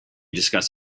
discuss